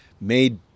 made